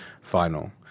final